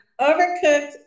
Overcooked